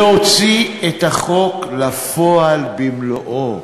להוציא את החוק לפועל במלואו,